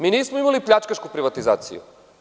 Mi nismo imali pljačkašku privatizaciju.